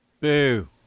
Boo